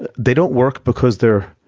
but they don't work because they are,